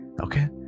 Okay